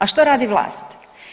A što radi vlast?